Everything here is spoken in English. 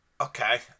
Okay